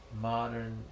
modern